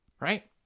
right